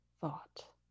thought